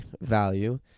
value